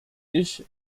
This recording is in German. ich